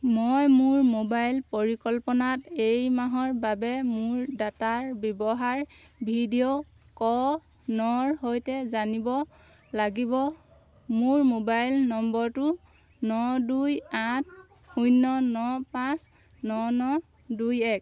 মই মোৰ মোবাইল পৰিকল্পনাত এই মাহৰ বাবে মোৰ ডাটাৰ ব্যৱহাৰ ভিডিঅ' ক নৰ সৈতে জানিব লাগিব মোৰ মোবাইল নম্বৰটো ন দুই আঠ শূন্য ন পাঁচ ন ন দুই এক